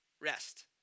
rest